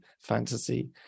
fantasy